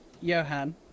Johan